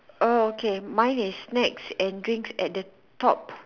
err okay mine is snacks and drinks at the top